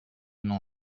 n’en